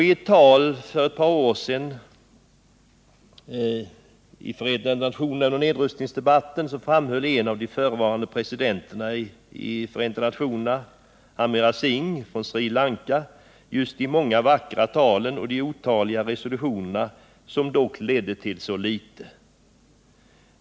I ett tal för ett par år sedan under nedrustningsdebatten i FN framhöll en av de förutvarande presidenterna i FN, Amira Sing från Sri Lanka, just de många vackra talen och de otaliga resolutionerna, som dock ledde till så litet.